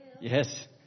Yes